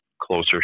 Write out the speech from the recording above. closer